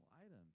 items